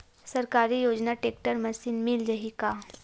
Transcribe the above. सरकारी योजना tractor machine मिल जाही का?